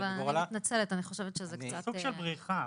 אבל אני מתנצלת שזה קצת --- זה סוג של בריחה.